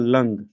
Lung।